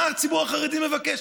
מה הציבור החרדי מבקש?